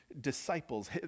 disciples